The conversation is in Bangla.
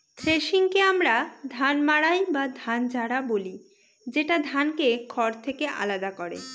থ্রেশিংকে আমরা ধান মাড়াই বা ধান ঝাড়া কহি, যেটা ধানকে খড় থেকে আলাদা করে